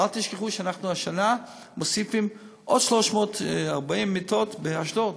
ואל תשכחו שהשנה אנחנו מוסיפים עוד 340 מיטות באשדוד.